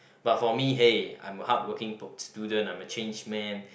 but for me hey I'm a hardworking student I'm a changed man